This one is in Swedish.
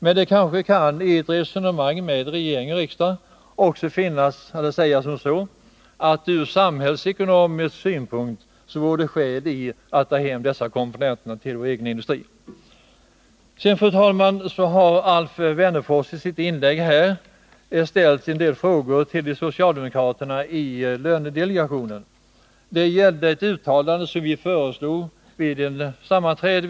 Men i ett resonemang med regering och riksdag kan man kanske säga att det ur samhällsekonomisk synpunkt vore skäl i att ta hem tillverkningen av dessa komponenter till vår egen industri. Sedan, fru talman, har Alf Wennerfors i sitt inlägg ställt en del frågor till de socialdemokratiska ledamöterna i lönedelegationen. Det gäller ett uttalande som vi föreslog vid ett sammanträde.